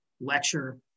lecture